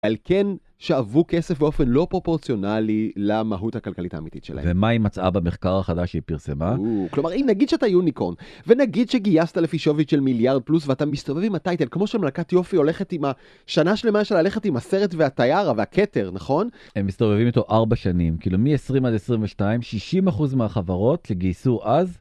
על כן שאבו כסף באופן לא פרופורציונלי למהות הכלכלית האמיתית שלהם. ומה היא מצאה במחקר החדש שהיא פרסמה? כלומר, אם נגיד שאתה יוניקורן ונגיד שגייסת לפי שווי של מיליארד פלוס ואתה מסתובב עם הטייטל, כמו שמלכת יופי הולכת עם השנה שלמה שלה, הולכת עם הסרט והטיירה והכתר, נכון? הם מסתובבים איתו ארבע שנים, כאילו מ-20 עד 22, 60% מהחברות שגייסו אז,